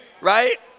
right